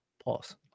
Pause